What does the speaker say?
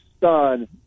son